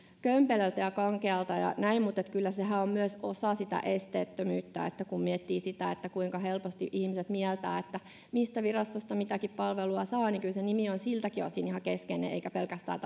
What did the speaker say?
kömpelöltä ja kankealta ja näin kyllähän se on myös osa esteettömyyttä kun miettii sitä kuinka helposti ihmiset mieltävät mistä virastosta mitäkin palvelua saa niin kyllä se nimi on siltäkin osin ihan keskeinen eikä pelkästään